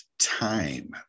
time